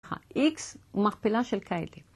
איקס ומכפלה של קיידי